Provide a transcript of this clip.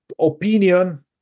opinion